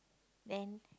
then